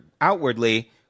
outwardly